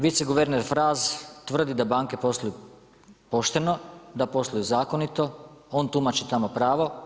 Viceguverner Fraz tvrdi da banke posluju pošteno, da posluju zakonito, on tumači tamo pravo.